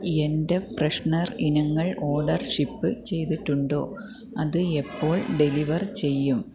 എന്റെ ഫ്രെഷ്നർ ഇനങ്ങൾ order ship ചെയ്തിട്ടുണ്ടോ അത് എപ്പോൾ ഡെലിവർ ചെയ്യും